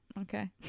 Okay